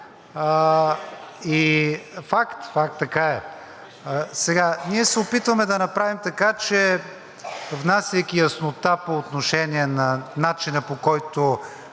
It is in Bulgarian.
Факт, така е. Сега ние се опитваме да направим така, че внасяйки яснота по отношение на начина, по който